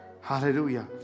hallelujah